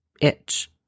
itch